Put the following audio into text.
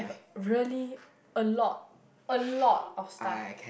really a lot a lot of stuff